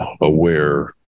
aware